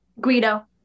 Guido